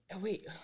Wait